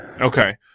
Okay